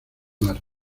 mar